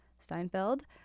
Steinfeld